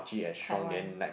Taiwan